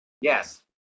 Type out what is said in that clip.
Yes